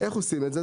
איך עושים את זה?